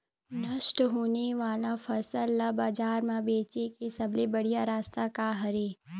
नष्ट होने वाला फसल ला बाजार मा बेचे के सबले बढ़िया रास्ता का हरे?